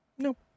Nope